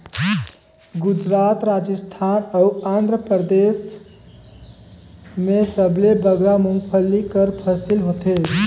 गुजरात, राजिस्थान अउ आंध्रपरदेस में सबले बगरा मूंगफल्ली कर फसिल होथे